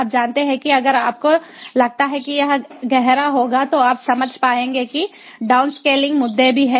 आप जानते हैं कि अगर आपको लगता है कि यह गहरा होगा तो आप समझ पाएंगे कि डाउनस्केलिंग मुद्दे भी हैं